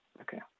Okay